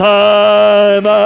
time